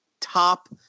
top